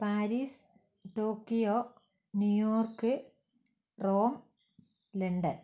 Paris Tokyo New York Rome London